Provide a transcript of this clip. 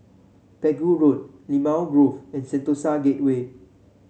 Pegu Road Limau Grove and Sentosa Gateway